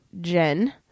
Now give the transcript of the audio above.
Jen